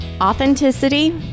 Authenticity